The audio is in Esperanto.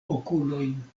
okulojn